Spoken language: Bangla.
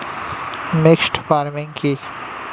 মিক্সড ফার্মিং কি?